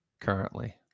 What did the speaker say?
Currently